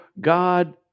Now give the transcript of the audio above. God